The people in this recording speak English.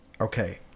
okay